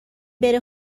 بره